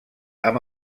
amb